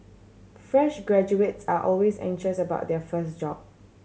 fresh graduates are always anxious about their first job